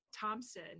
thompson